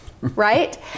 right